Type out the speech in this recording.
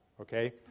Okay